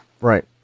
Right